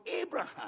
Abraham